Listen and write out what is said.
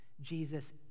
Jesus